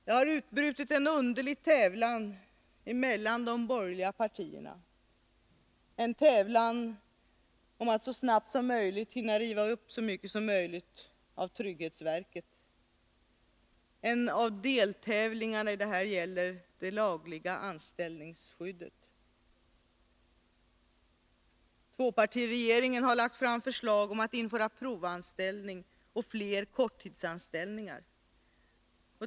Det har utbrutit en underlig tävlan mellan de borgerliga partierna, en tävlan om att så snabbt som möjligt hinna riva upp så mycket som möjligt av trygghetsverket. En av deltävlingarna gäller det lagfästa anställningsskyddet. Tvåpartiregeringen har lagt fram förslag om att införa provanställning och fler korttidsanställningar.